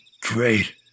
Great